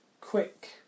quick